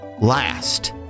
last